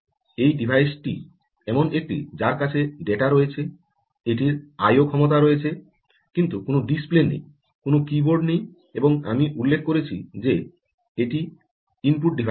এই ডিভাইসটি এমন একটি যার কাছে ডেটা রয়েছে এটির আই ও IO ক্ষমতা রয়েছে কিন্তু কোনও ডিসপ্লে নেই কোনও কীবোর্ড নেই এবং আমি উল্লেখ করেছি যে এইটি ইনপুট ডিভাইসও